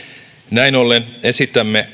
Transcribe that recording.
näin ollen esitämme